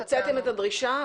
הוצאתם את הדרישה,